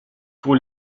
pour